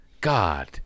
God